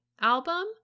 album